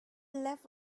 left